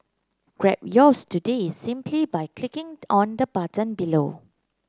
grab yours today simply by clicking on the button below